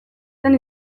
zen